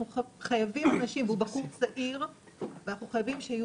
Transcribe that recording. אנחנו חייבים אנשים והוא בחור צעיר ואנחנו חייבים שיהיו